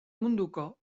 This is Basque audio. munduko